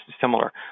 similar